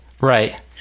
right